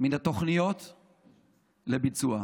מתוכניות לביצוע.